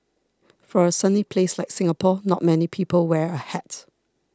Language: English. for a sunny place like Singapore not many people wear a hat